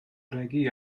regi